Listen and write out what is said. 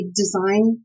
design